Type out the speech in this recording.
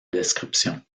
description